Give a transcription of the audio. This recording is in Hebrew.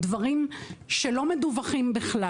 דברים שלא מדווחים בכלל.